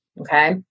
Okay